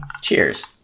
Cheers